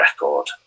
record